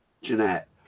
Jeanette